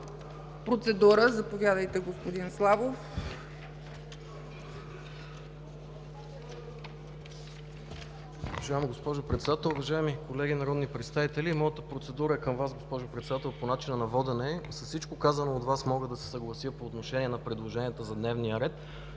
Процедура – заповядайте, господин Славов.